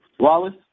Wallace